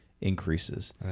increases